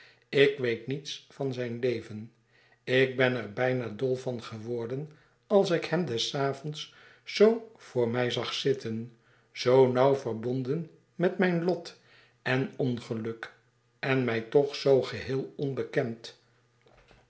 ik weet niets van zijn leven ik ben er bijna dol van geworden als ik hem des avonds zoo voor mij zag zitten zoo nauw verbonden met mijn lot en ongeluk en mij toch zoo geheel onbekend